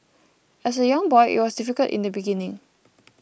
as a young boy it was difficult in the beginning